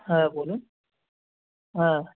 হ্যাঁ বলুন হ্যাঁ